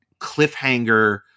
cliffhanger